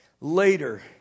Later